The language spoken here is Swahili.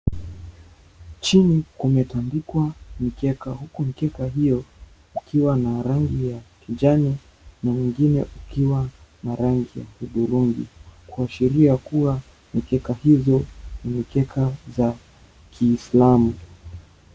Chini kumetandikwa huku mkeka hiyo ukiwa na rangi ya kijani na mwengine ukiwa na rangi ya hudhurungi kuashiria kuwa mikeka hizo ni mikeka za kislamu.